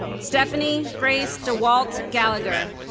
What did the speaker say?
stephanie grace dewalt-gallagher